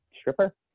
stripper